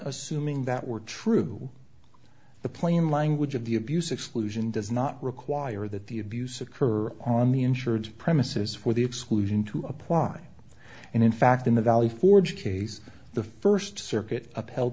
assuming that were true the plain language of the abuse exclusion does not require that the abuse occur on the insureds premises for the exclusion to apply and in fact in the valley forge case the first circuit upheld